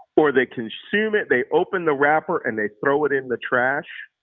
or they consume it, they open the wrapper, and they throw it in the trash,